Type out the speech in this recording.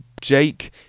Jake